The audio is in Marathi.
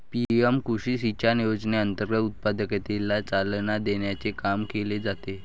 पी.एम कृषी सिंचाई योजनेअंतर्गत उत्पादकतेला चालना देण्याचे काम केले जाते